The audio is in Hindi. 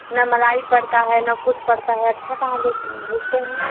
न मलाई पड़ती है न कुछ पड़ता है अच्छा कहाँ भेजते हैं